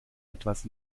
etwas